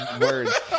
words